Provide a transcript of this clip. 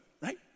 right